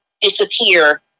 disappear